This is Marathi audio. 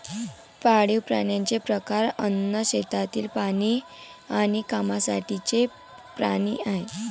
पाळीव प्राण्यांचे प्रकार अन्न, शेतातील प्राणी आणि कामासाठीचे प्राणी आहेत